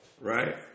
right